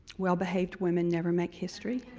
well-behaved women never make history,